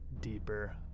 deeper